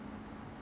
so ya